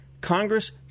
Congress